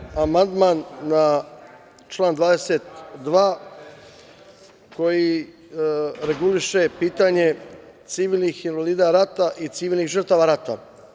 Podneo sam amandman na član 22. koji reguliše pitanje civilnih invalida rata i civilnih žrtava rata.